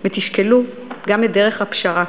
ושקלו גם את דרך הפשרה,